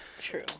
True